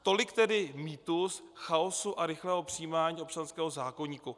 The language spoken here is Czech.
Tolik tedy mýtus chaosu a rychlého přijímání občanského zákoníku.